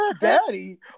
Daddy